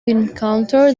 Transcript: encounter